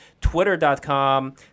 twitter.com